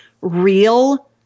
real